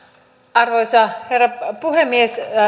arvoisa herra puhemies